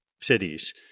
cities